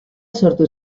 sortu